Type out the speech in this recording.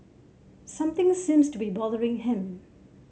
something seems to be bothering him